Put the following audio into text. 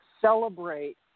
celebrate